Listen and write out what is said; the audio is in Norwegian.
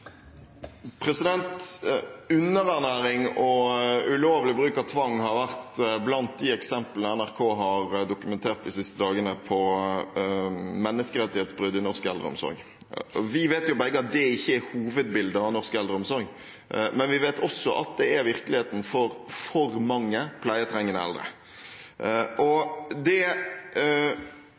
Underernæring og ulovlig bruk av tvang har vært blant de eksemplene NRK har dokumentert de siste dagene om menneskerettighetsbrudd i norsk eldreomsorg. Vi vet jo begge at dette ikke er hovedbildet av norsk eldreomsorg, men vi vet også at dette er virkeligheten for for mange pleietrengende eldre. Det vi ser i norsk eldreomsorg, er at det